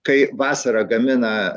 kai vasarą gamina